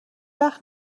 وقت